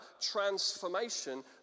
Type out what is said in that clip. transformation